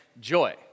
joy